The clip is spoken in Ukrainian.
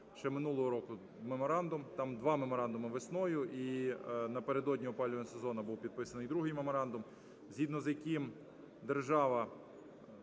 ще минулого року меморандум (там два меморандуми: весною і напередодні опалювального сезону був підписаний другий меморандум), згідно з яким держава